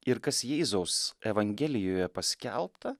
ir kas jėzaus evangelijoje paskelbta